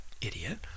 idiot